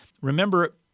Remember